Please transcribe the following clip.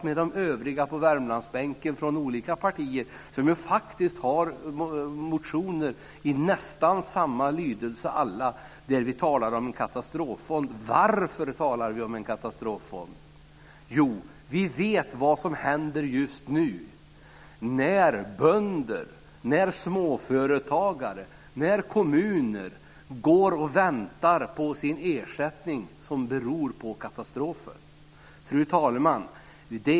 Övriga på Värmlandsbänken, från olika partier, har väckt motioner med nästan samma lydelse om katastroffond. Varför talar vi om en katastroffond? Jo, vi vet vad som händer nu när bönder, småföretagare och kommuner väntar på ersättning för skador på grund av katastrofen. Fru talman!